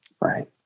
Right